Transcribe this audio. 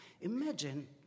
Imagine